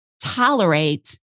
tolerate